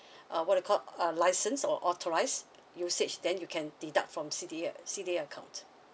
uh what do you call a license or authorise usage then you can deduct from C D A C D A account